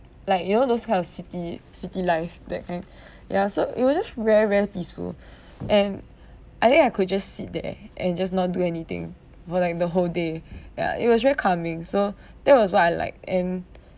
like you know those kind of city city life that kind ya so it was just very very peaceful and I think I could just sit there and just not do anything for like the whole day ya it was very calming so that was what I like and